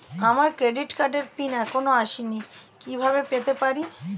আমার ক্রেডিট কার্ডের পিন এখনো আসেনি কিভাবে পেতে পারি?